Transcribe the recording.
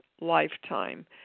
lifetime